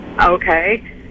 Okay